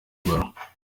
ebola